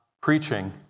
preaching